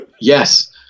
yes